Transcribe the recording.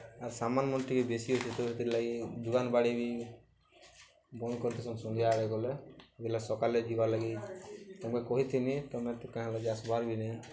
ଆର୍ ସାମାନ୍ମନେ ଟିକେ ବେଶୀ ଅଛେ ତ ସେଥିର୍ଲାଗି ଦୁକାନ୍ ବାଡ଼ି ବି ବନ୍ଦ୍ କରିଥିସୁ ସନ୍ଧ୍ୟା ହେଇଗଲେ ବେଲେ ସକାଲେ ଯିବାର୍ ଲାଗି ତମ୍କେ କହିଥିନି ତମେ କାଁ ହେଲା ଆସ୍ବାର୍ ବି ନାଇଁ